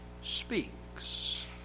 speaks